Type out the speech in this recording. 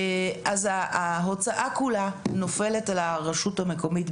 אז ההוצאה כולה נופלת על הרשות המקומית,